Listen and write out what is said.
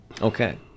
Okay